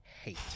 hate